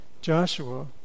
Joshua